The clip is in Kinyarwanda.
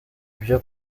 byo